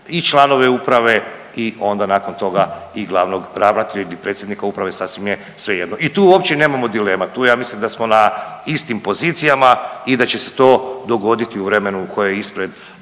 i članove uprave i onda nakon toga i glavnog ravnatelja ili predsjednika uprave sasvim je svejedno. I tu uopće nemamo dilema, tu ja mislim da smo na istim pozicijama i da će se to dogoditi u vremenu koje je ispred nas.